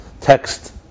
text